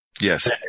yes